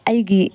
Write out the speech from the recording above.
ꯑꯩꯒꯤ